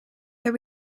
that